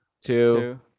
two